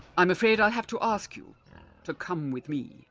i'm afraid i'll have to ask you to come with me.